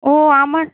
ও আমার